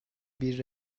bir